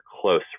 close